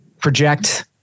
project